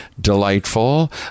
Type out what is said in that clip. delightful